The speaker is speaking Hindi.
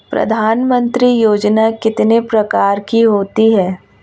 प्रधानमंत्री योजना कितने प्रकार की होती है?